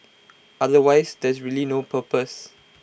otherwise there's really no purpose